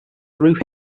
through